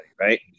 right